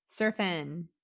Surfing